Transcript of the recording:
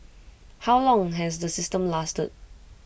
how long has the system lasted